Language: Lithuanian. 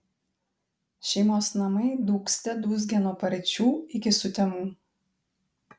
šeimos namai dūgzte dūzgė nuo paryčių iki sutemų